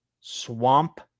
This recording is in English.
Swamp